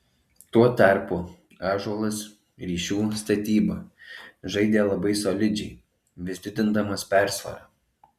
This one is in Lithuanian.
tuo tarpu ąžuolas ryšių statyba žaidė labai solidžiai vis didindamas persvarą